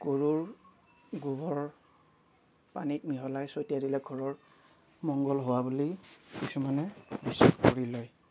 গৰুৰ গোবৰ পানীত মিহলাই ছটিয়াই দিলে ঘৰৰ মংগল হোৱা বুলি কিছুমানে বিশ্বাস কৰি লয়